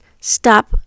stop